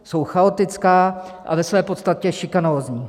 Jsou chaotická a ve své podstatě šikanózní.